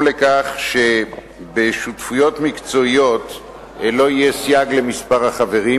לכך שבשותפויות מקצועיות לא יהיה סייג למספר החברים.